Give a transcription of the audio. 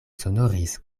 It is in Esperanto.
sonoris